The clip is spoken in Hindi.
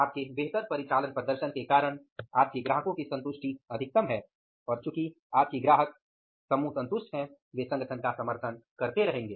आपके बेहतर परिचालन प्रदर्शन के कारण आपके ग्राहकों की संतुष्टि अधिकतम है और चुकी आपके ग्राहक समूह संतुष्ट हैं वे संगठन का समर्थन करते रहेंगे